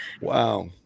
Wow